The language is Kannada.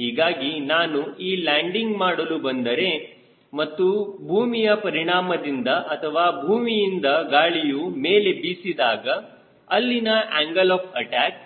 ಹೀಗಾಗಿ ನಾನು ಈಗ ಲ್ಯಾಂಡಿಂಗ್ ಮಾಡಲು ಬಂದರೆ ಮತ್ತು ಭೂಮಿಯ ಪರಿಣಾಮದಿಂದ ಅಥವಾ ಭೂಮಿಯಿಂದ ಗಾಳಿಯು ಮೇಲೆ ಬೀಸಿದಾಗ ಅಲ್ಲಿನ ಆಂಗಲ್ ಆಫ್ ಅಟ್ಯಾಕ್